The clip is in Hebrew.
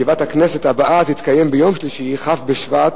ישיבת הכנסת הבאה תתקיים ביום שלישי, כ' בשבט,